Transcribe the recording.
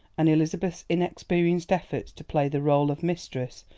and elizabeth's inexperienced efforts to play the role of mistress,